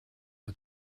her